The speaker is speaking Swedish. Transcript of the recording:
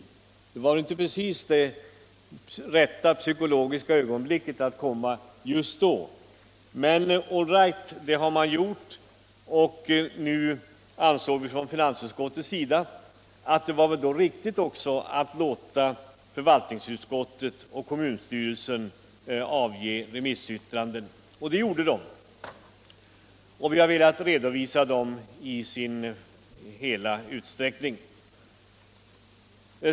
Det var kanske inte det rätta psykologiska ögonblicket just då. Men all right, man har gjort det och då ansåg vi från finansutskottets sida det vara riktigt att låta förvaltningsutskott och kommunstyrelse avge remissyttranden. Det skedde och vi har velat redovisa dessa yttranden som bilagor.